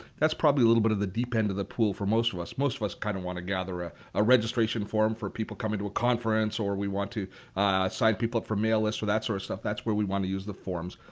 that's probably a little bit of the deep end of the pool for most of us. most of us kind of want to gather a a registration form for people coming to a conference or we want to sign people up for a mailing list or that sort of stuff. that's where we want to use the forms.